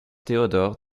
théodore